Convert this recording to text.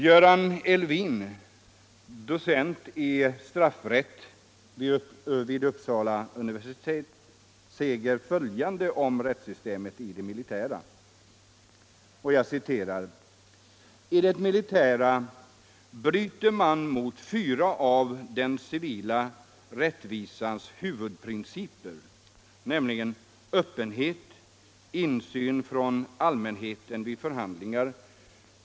Göran Elwin — docent i straffrätt vid Uppsala universitet — säger följande om rättssystemet i det militära: I det militära bryter man mot fyra av den civila rättvisans huvudprinciper. Öppenhet. — Insyn från allmänheten vid förhandlingar.